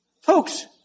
Folks